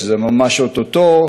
שזה ממש אוטוטו,